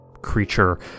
creature